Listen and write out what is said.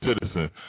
citizen